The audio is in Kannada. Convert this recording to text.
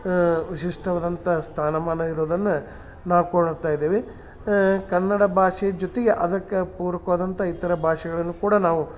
ವಿಶಿಷ್ಟವಾದಂಥ ಸ್ಥಾನಮಾನ ಇರೋದನ್ನ ನಾಕೊಳ್ತಾ ಇದೇವಿ ಕನ್ನಡ ಭಾಷೆ ಜೊತೆಗೆ ಅದಕ್ಕೆ ಪೂರಕವಾದಂಥ ಇತರ ಭಾಷೆಗಳನ್ನು ಕೂಡ ನಾವು